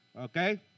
okay